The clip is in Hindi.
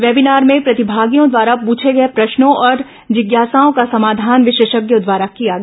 वेबिनार में प्रतिभागियों द्वारा पृष्ठे गए प्रश्नों और जिज्ञासाओं का समाधान विशेषज्ञों द्वारा किया गया